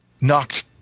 knocked